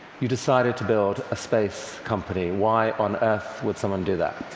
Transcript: you decided to build a space company. why on earth would someone do that?